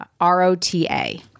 R-O-T-A